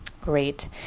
Great